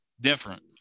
different